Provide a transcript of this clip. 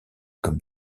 comme